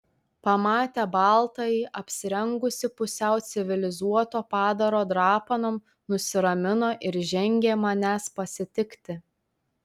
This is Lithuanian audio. pamatę baltąjį apsirengusį pusiau civilizuoto padaro drapanom nusiramino ir žengė manęs pasitikti